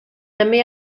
també